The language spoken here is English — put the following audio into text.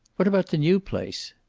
what about the new place?